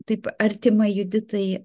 taip artima juditai